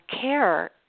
care